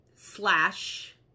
slash